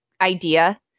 idea